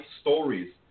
stories